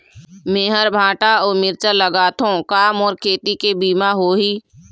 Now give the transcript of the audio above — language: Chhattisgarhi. मेहर भांटा अऊ मिरचा लगाथो का मोर खेती के बीमा होही?